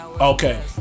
Okay